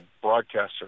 broadcaster